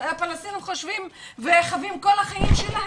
שפלסטינים חווים כל החיים שלהם,